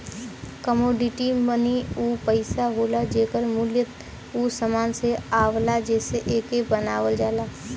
commodity money उ पइसा होला जेकर मूल्य उ समान से आवला जेसे एके बनावल जाला